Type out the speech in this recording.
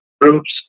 groups